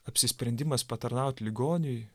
apsisprendimas patarnaut ligoniui